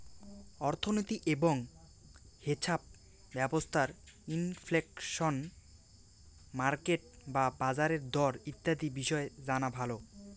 অর্থনীতি এবং হেছাপ ব্যবস্থার ইনফ্লেশন, মার্কেট বা বাজারের দর ইত্যাদি বিষয় জানা ভালো